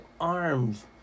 arms